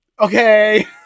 okay